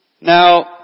Now